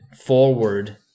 forward